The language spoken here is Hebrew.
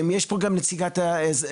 יש פה גם את נציגת התושבים,